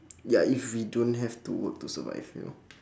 ya if we don't have to work to survive you know